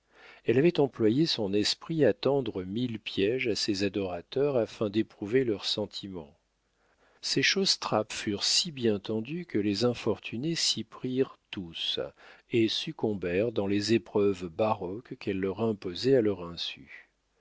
elle avait employé son esprit à tendre mille piéges à ses adorateurs afin d'éprouver leurs sentiments ses chausses trappes furent si bien tendues que les infortunés s'y prirent tous et succombèrent dans les épreuves baroques qu'elle leur imposait à leur insu